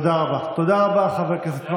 תודה לכם.